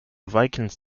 vikings